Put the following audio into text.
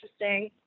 interesting